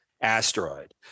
asteroid